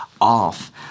off